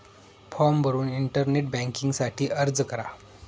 form भरून internet banking साठी अर्ज करा